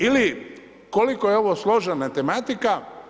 Ili koliko je ovo složena matematika.